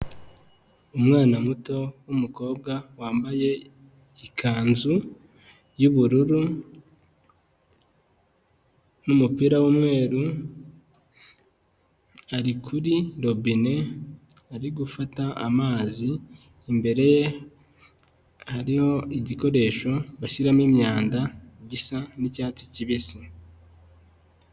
Umwana muto w'umukobwa wambaye ikanzu y'ubururu n'umupira w'umweru ari kuri robine ari gufata amazi, imbere ye hariho igikoresho bashyiramo imyanda gisa n'icyatsi kibisi.